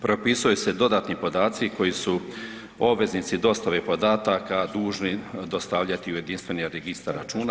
Propisuje se dodatni podaci koji su obveznici dostave podataka dužni dostavljati u jedinstveni registar računa.